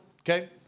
Okay